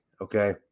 Okay